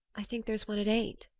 i think there's one at eight.